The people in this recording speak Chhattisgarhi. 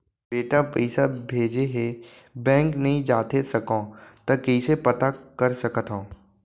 बेटा पइसा भेजे हे, बैंक नई जाथे सकंव त कइसे पता कर सकथव?